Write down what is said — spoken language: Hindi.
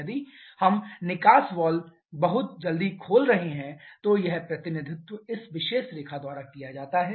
यदि हम निकास वाल्व बहुत जल्दी खोल रहे हैं तो यह प्रतिनिधित्व इस विशेष रेखा द्वारा दिया जाता है